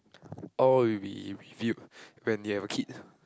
or you will be review when you have a kid